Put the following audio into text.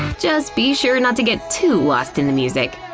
just be sure and not to get too lost in the music.